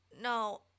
no